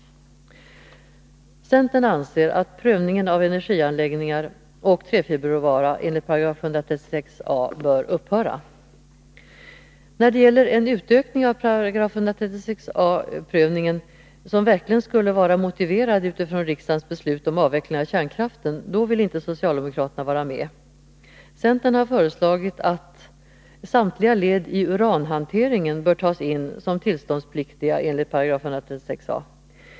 Centern anser att prövningen av energianläggningar och träfiberråvara enligt 136 a § byggnadslagen bör upphöra. När det gäller en utökning av 136 a § byggnadslagen, som verkligen skulle vara motiverad utifrån riksdagens beslut om avveckling av kärnkraften, då villinte socialdemokraterna vara med. Centern har föreslagit att samtliga led i uranhanteringen bör tas in som tillståndspliktiga enligt 136 a §.